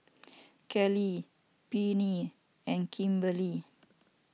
Kelli Pernell and Kimberlie